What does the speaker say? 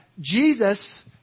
Jesus